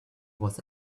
was